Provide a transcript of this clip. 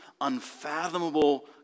unfathomable